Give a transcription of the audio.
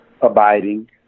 abiding